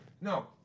No